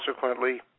consequently